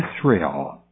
Israel